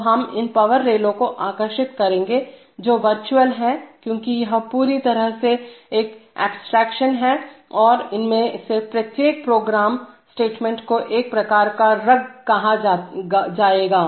तोहम इन पावर रेलों को आकर्षित करेंगे जो वर्चुअल हैं क्योंकि यह पूरी तरह से एक एब्स्ट्रेक्शन है और इनमें से प्रत्येक प्रोग्राम स्टेटमेंट को एक प्रकार का रंग कहा जाएगा